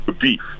beef